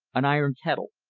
an iron kettle,